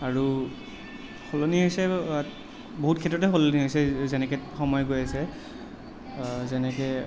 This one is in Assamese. আৰু সলনি হৈছে আৰু বহুত ক্ষেত্ৰতে সলনি হৈছে যেনেকৈ সময় গৈ আছে যেনেকৈ